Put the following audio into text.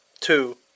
two